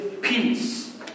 peace